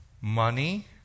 money